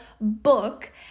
book